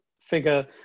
figure